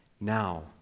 now